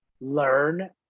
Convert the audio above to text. learn